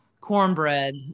cornbread